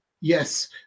Yes